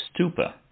stupa